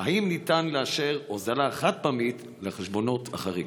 2. האם ניתן לאשר הוזלה חד-פעמית בחשבונות החריגים?